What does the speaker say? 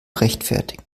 rechtfertigen